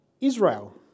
Israel